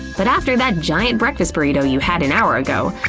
but after that giant breakfast burrito you had an hour ago,